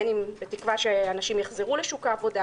בתקווה שאנשים יחזרו לשוק העבודה.